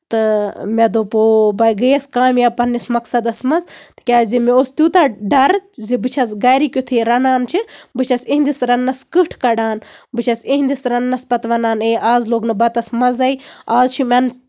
تہٕ مےٚ دوٚپ او بہٕ حظ گیَس کامیاب پَنٕنِس مَقصدَس منٛز تِکیازِ مےٚ اوس تیوٗتاہ ڈَر زِ بہٕ چھَس گرِکۍ یُتھُے رَنان چھِ بہٕ چھَس یِہِندِس رَنٕنَس کٕٹھ کَڑان بہٕ چھَس یِہِندِس رَنٕنَس پَتہٕ وَنان ہے آز لوٚگ نہٕ بَتَس مَزٕے آز چھُ من